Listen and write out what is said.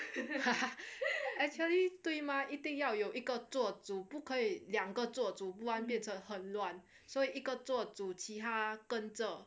actually 对嘛一定要有一个做主不可以两个做主不然会变成很乱所以一个做主其他跟着